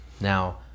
now